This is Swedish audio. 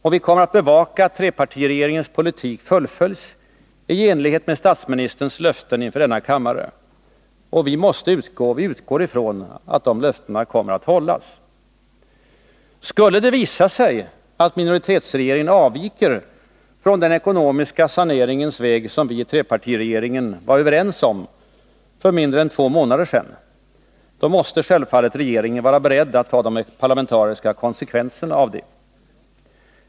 Och vi kommer att bevaka att trepartiregeringens politik fullföljs i enlighet med statsministerns löften inför denna kammare — löften som vi utgår från kommer att hållas. Skulle det visa sig att minoritetsregeringen avviker från den ekonomiska saneringens väg som vi i trepartiregeringen var överens om för mindre än två månader sedan, måste självfallet regeringen vara beredd att ta de parlamentariska konsekvenserna av detta.